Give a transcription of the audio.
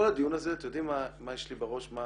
כל הדיון הזה אתם יודעים מה יש לי בראש, מה